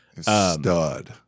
Stud